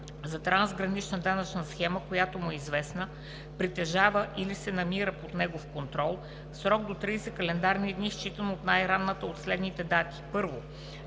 за трансгранична данъчна схема, която му е известна, притежава или се намира под неговия контрол, в срок до 30 календарни дни считано от най-ранната от следните дати: 1.